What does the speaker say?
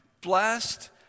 Blessed